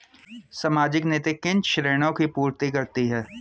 सामाजिक नीति किन क्षेत्रों की पूर्ति करती है?